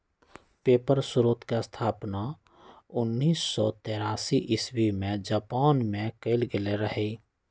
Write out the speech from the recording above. paper स्रोतके स्थापना उनइस सौ तेरासी इस्बी में जापान मे कएल गेल रहइ